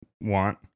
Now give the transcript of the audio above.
want